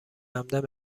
همدم